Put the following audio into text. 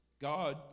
God